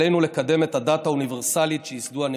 עלינו לקדם את הדת האוניברסלית שייסדו הנביאים.